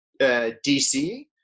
DC